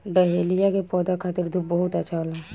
dahlia के पौधा खातिर धूप बहुत अच्छा होला